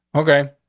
okay,